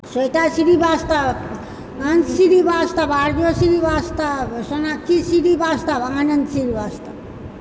Shweta Shrivastava Ansh Shrivastava Arya Shrivastava Sonakshi Shrivastava Anand Srivastava